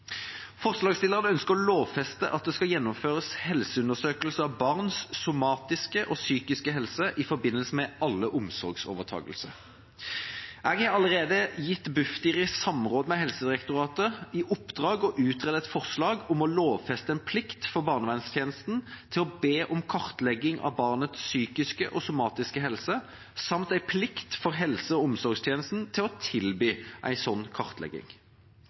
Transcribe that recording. Forslagsstillerne ønsker å lovfeste at det skal gjennomføres helseundersøkelser av barns somatiske og psykiske helse i forbindelse med alle omsorgsovertakelser. Jeg har allerede gitt Bufdir i samråd med Helsedirektoratet i oppdrag å utrede et forslag om å lovfeste en plikt for barnevernstjenesten til å be om kartlegging av barnets psykiske og somatiske helse samt en plikt for helse- og omsorgstjenesten til å tilby en slik kartlegging.